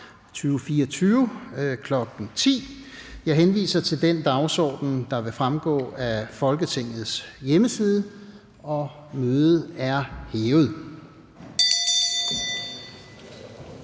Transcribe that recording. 2024, kl. 10.00. Jeg henviser til den dagsorden, der vil fremgå af Folketingets hjemmeside. Mødet er hævet.